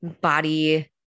body